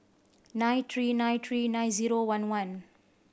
nine three nine three nine zero one one